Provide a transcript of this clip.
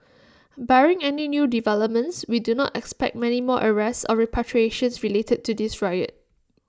barring any new developments we do not expect many more arrests or repatriations related to this riot